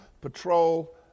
patrol